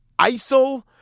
ISIL